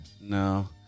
No